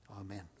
Amen